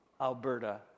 Alberta